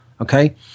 okay